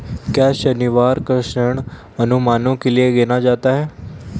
क्या शनिवार को ऋण अनुमानों के लिए गिना जाता है?